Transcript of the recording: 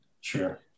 Sure